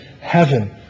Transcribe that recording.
heaven